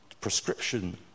prescription